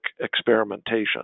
experimentation